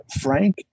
Frank